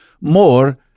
more